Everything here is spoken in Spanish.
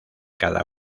cada